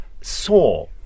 saw